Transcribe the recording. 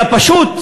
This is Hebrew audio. אלא פשוט,